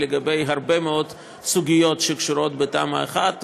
לגבי הרבה מאוד סוגיות שקשורות לתמ"א 1,